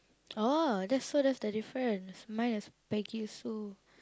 oh that's so that's the difference mine is Peggy-Sue